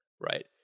right